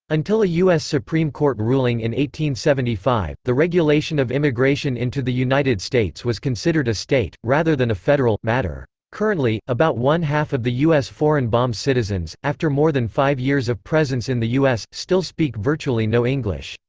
until a u s. supreme court ruling in seventy five, the regulation of immigration into the united states was considered a state, rather than a federal, matter. currently, about one-half of the u s. foreign-bom citizens, after more than five years of presence in the u s, still speak virtually no english.